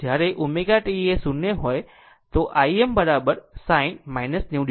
જ્યારે ω t એ 0 હોય Im sin 90 o આમ Im